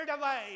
away